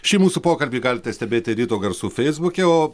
šį mūsų pokalbį galite stebėti ryto garsų feisbuke o